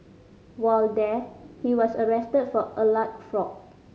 while there he was arrested for alleged fraud